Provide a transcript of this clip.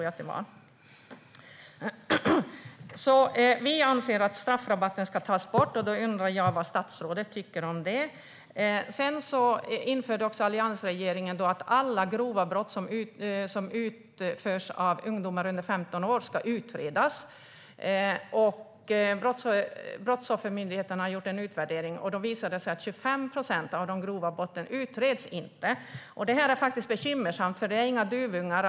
Vad tycker statsrådet om detta? Under alliansregeringen infördes en lag om att alla grova brott som utförs av ungdomar under 15 år ska utredas. Brottsoffermyndigheten har gjort en utvärdering, och det visar sig att 25 procent av de grova brotten inte utreds. Det är bekymmersamt, för det är inga duvungar.